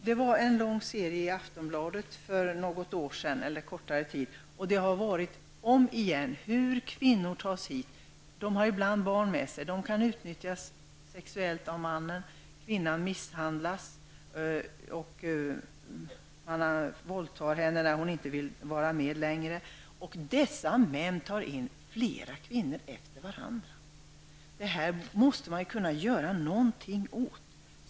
Det var bl.a. i Aftonbladet för ett tag sedan en lång serie om hur kvinnor tas hit. De har ibland barn med sig. Kvinnan utnyttjas sexuellt av mannen, misshandlas och våldtas när hon inte längre vill vara med. Och dessa män tar in flera kvinnor efter varandra! Det måste man kunna göra någonting åt.